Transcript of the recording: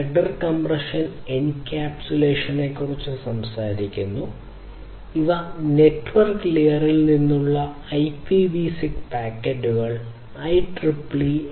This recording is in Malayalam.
IPv6 ഹെഡർ കംപ്രഷൻ എൻക്യാപ്സുലേഷനെക്കുറിച്ച് സംസാരിക്കുന്നു ഇവ നെറ്റ്വർക്ക് ലെയറിൽ നിന്നുള്ള IPv6 പാക്കറ്റുകൾ IEEE 802